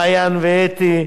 מעיין ואתי,